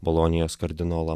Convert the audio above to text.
bolonijos kardinolo